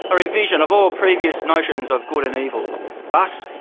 a revision of all previous notions of good and evil thus,